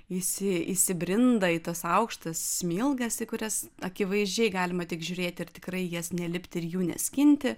visi įsibrinda į tas aukštas smilgas į kurias akivaizdžiai galima tik žiūrėti ir tikrai į jas nelipti ir jų neskinti